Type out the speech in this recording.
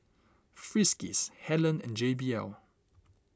Friskies Helen and J B L